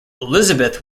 elizabeth